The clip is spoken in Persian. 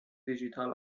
دیجیتال